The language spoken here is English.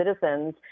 citizens